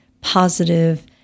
positive